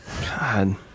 God